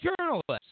journalists